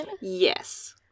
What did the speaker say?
Yes